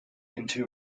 into